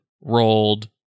rolled